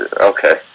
okay